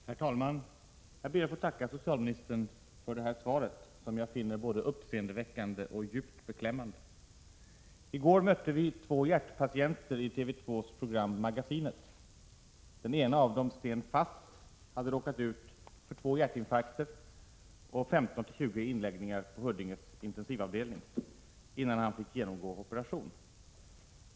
Herr talman! Jag ber att få tacka socialministern för svaret, som jag finner både uppseendeväckande och djupt beklämmande. I går mötte vi två hjärtpatienter i TV 2:s program Magasinet. Den ena av dem, Sten Fast, hade råkat ut för två hjärtinfarkter och 15-20 inläggningar på Huddinge sjukhus intensivavdelning innan han fick genomgå operation.